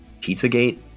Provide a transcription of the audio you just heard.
Pizzagate